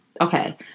Okay